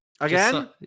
again